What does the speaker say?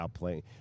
outplaying